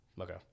Okay